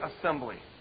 assembly